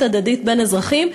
ערבות הדדית בין אזרחים.